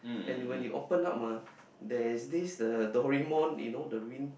and when you open up mah that this the Doraemon you know the ring